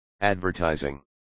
advertising